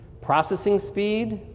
processing speed,